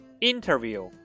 Interview